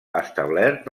establert